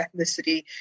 ethnicity